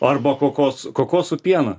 arba kokosų kokosų pieną